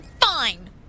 fine